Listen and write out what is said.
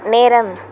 நேரம்